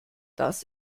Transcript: das